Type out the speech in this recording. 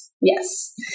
Yes